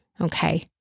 okay